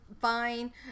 fine